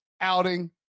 outing